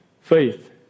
faith